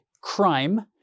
crime